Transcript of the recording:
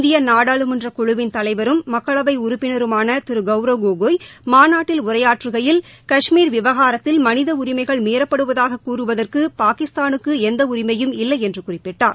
இந்திய நாடாளுமன்றக் குழுவின் தலைவரும் மக்களவை உறுப்பினருமான திரு கௌரவ் கோகோய் மாநாட்டில் உரையாற்றுகையில் கஷ்மீர் விவகாரத்தில் மனித உரிமைகள் மீறப்படுவதாகக் கூறுவதற்கு பாகிஸ்தானுக்கு எந்த உரிமையும் இல்லையென்று குறிப்பிட்டார்